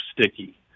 sticky